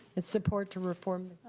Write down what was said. it's support to reform.